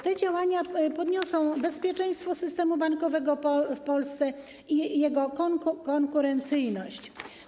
Te działania zwiększą bezpieczeństwo systemu bankowego w Polsce i jego konkurencyjność.